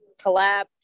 collab